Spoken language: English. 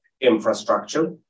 Infrastructure